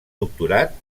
doctorat